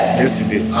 yesterday